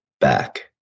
back